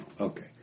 Okay